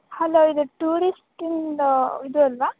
hello ಇದು ಟೂರಿಸ್ಟ್ಯಿಂದು ಇದು ಅಲ್ವಾ